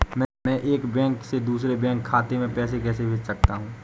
मैं एक बैंक से दूसरे बैंक खाते में पैसे कैसे भेज सकता हूँ?